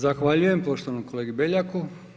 Zahvaljujem poštovanom kolegi Beljaku.